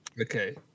okay